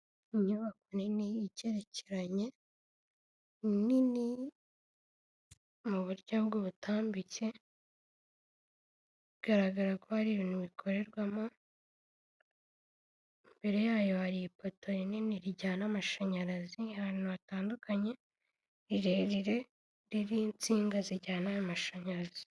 Inyubako nini igerekeranye, ni nini muburyo bw'ubutambike, bigaragara ko hari ibintu bikorerwa, imbere yayo hari ipoto rinini rijyana amashanyarazi ahantu hatandukanye, rirerire, ririho insinga zijyanayo mashanyarazi.